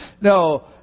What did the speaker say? no